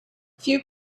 few